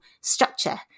structure